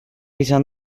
izan